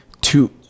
two